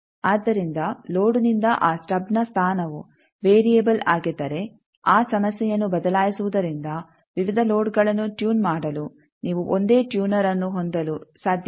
ಆದ್ದರಿಂದ ಲೋಡ್ನಿಂದ ಆ ಸ್ಟಬ್ನ ಸ್ಥಾನವು ವೇರಿಯೆಬಲ್ ಆಗಿದ್ದರೆ ಆ ಸಮಸ್ಯೆಯನ್ನು ಬದಲಾಯಿಸುವುದರಿಂದ ವಿವಿಧ ಲೋಡ್ಗಳನ್ನು ಟ್ಯೂನ್ ಮಾಡಲು ನೀವು ಒಂದೇ ಟ್ಯೂನರ್ಅನ್ನು ಹೊಂದಲು ಸಾಧ್ಯವಿಲ್ಲ